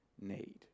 need